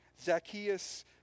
Zacchaeus